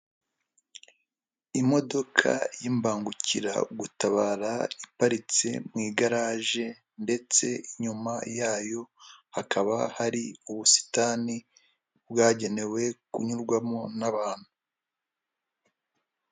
Imodoka y'imbangukiragutabara iparitse mu igaraje. Ndetse inyuma yayo hakaba hari ubusitani bwagenewe kunyurwamo n'abantu.